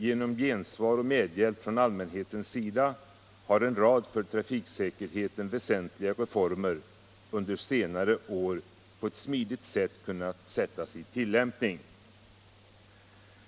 Genom gensvar och medhjälp från allmänhetens sida har en rad för trafiksäkerheten väsentliga reformer under senare år på ett smidigt sätt kunnat sättas i tillämpning.